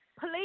please